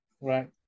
Right